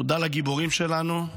תודה לגיבורים שלנו,